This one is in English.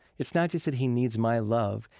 it's not just that he needs my love.